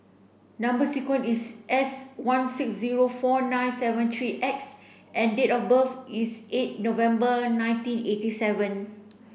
number sequence is S one six zero four nine seven three X and date of birth is eight November nineteen eighty seven